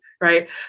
right